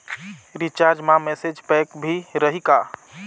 Recharge मा message pack भी रही का?